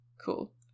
Cool